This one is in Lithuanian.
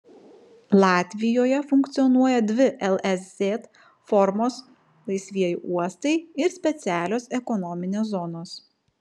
latvijoje funkcionuoja dvi lez formos laisvieji uostai ir specialios ekonominės zonos